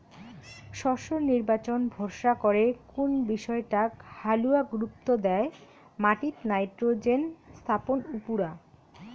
শস্যর নির্বাচন ভরসা করে কুন বিষয়টাক হালুয়া গুরুত্ব দ্যায় মাটিত নাইট্রোজেন স্থাপন উপুরা